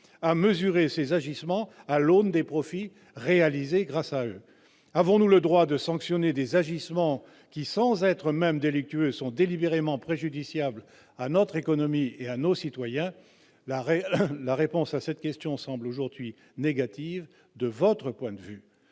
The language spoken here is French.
à mesurer ses agissements à l'aune des profits réalisés grâce à eux, avons-nous le droit de sanctionner des agissements qui, sans être même délictueux sont délibérément préjudiciable à notre économie et à nos citoyens, la et la réponse à cette question semble aujourd'hui négative de votre point de vue